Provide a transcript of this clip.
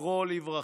זכרו לברכה.